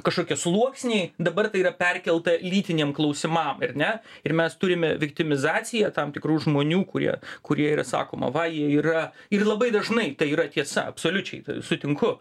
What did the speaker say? kažkokie sluoksniai dabar tai yra perkelta lytiniam klausimam ar ne ir mes turime viktimizaciją tam tikrų žmonių kurie kurie yra sakoma va jie yra ir labai dažnai tai yra tiesa absoliučiai sutinku